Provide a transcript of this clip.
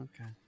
okay